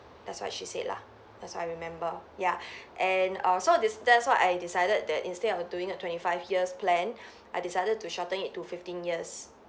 that's what she said lah that's what I remember yeah and err so this that's why I decided that instead of doing a twenty five years plan I decided to shorten it to fifteen years